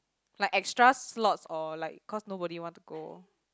like extra slots or like cause nobody want to go